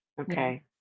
Okay